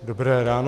Dobré ráno.